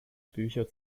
bücher